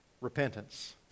repentance